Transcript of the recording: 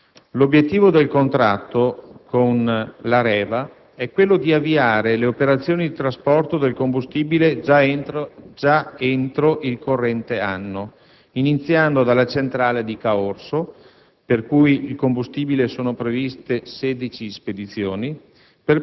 L'obiettivo del contratto con l'Areva è quello di avviare le operazioni di trasporto del combustibile già entro il corrente anno, iniziando dalla centrale di Caorso (per il cui combustibile sono previste 16 spedizioni),